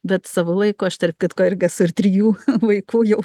bet savo laiku aš tarp kitko irgi esu ir trijų vaikų jau